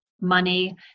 money